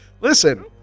listen